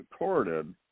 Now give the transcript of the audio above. recorded